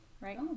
Right